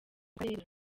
karere